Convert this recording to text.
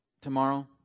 tomorrow